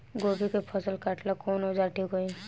गोभी के फसल काटेला कवन औजार ठीक होई?